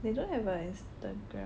they don't have a Instagram leh